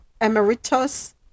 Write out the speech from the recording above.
Emeritus